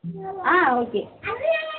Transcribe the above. okay